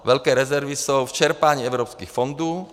Velké rezervy jsou v čerpání evropských fondů.